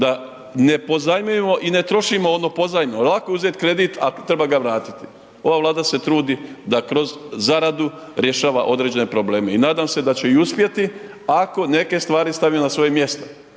da ne pozajmljujemo i ne trošimo ono pozajmljeno, lako je uzeti kredit, a treba ga vratiti. Ova Vlada se trudi da kroz zaradu rješava određene probleme i nadam se da će i uspjeti ako neke stvari stave na svoje mjesto,